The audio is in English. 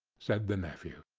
said the nephew.